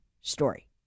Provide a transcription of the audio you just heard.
story